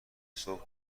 صبح